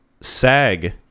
sag